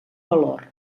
valor